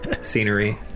Scenery